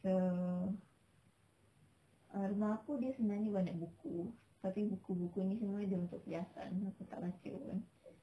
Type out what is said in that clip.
so ah rumah aku ni sebenarnya banyak buku tapi buku-buku ni semua dia untuk perhiasan aku tak baca pun